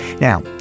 Now